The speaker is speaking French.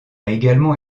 également